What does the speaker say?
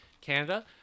Canada